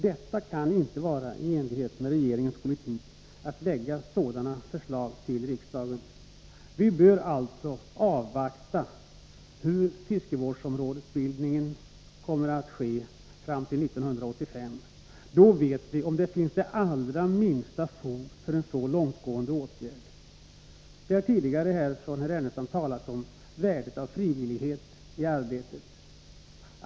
Det kan inte vara i enlighet med regeringens politik att lägga fram sådana förslag till riksdagen. Vi bör alltså avvakta fram till 1985 och se hur fiskevårdsområdesbildningen sker. Då vet vi om det finns det allra minsta fog för en så långtgående åtgärd. Lars Ernestam har tidigare talat om värdet av frivillighet i arbetet.